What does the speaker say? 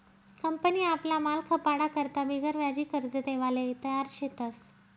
company आपला माल खपाडा करता बिगरव्याजी कर्ज देवाले तयार शेतस